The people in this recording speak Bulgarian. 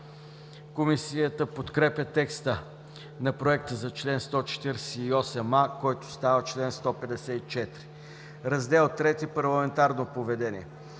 Комисията подкрепя текста на Проекта за чл. 148а, който става чл. 154. „Раздел III – Парламентарно поведение”